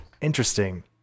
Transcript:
Interesting